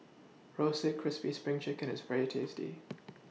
Roasted Crispy SPRING Chicken IS very tasty